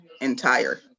entire